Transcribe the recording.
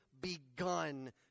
begun